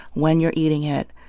when you're eating it,